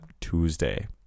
Tuesday